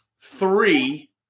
three